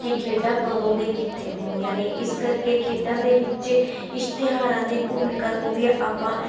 ਕਿ ਖੇਡਾਂ ਕਦੋਂ ਅਤੇ ਕਿੱਥੇ ਹੋਣੀਆਂ ਨੇ ਇਸ ਕਰਕੇ ਖੇਡਾਂ ਦੇ ਵਿੱਚ ਇਸ਼ਤਿਹਾਰਾਂ ਦੀ ਭੂਮਿਕਾ ਨੂੰ ਵੀ ਆਪਾਂ